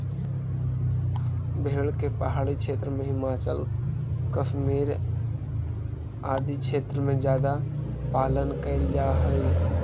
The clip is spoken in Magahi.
भेड़ के पहाड़ी क्षेत्र में, हिमाचल, कश्मीर आदि क्षेत्र में ज्यादा पालन कैल जा हइ